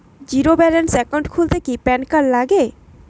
Zero balance account খুলতে কি PAN card লাগে?